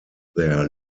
there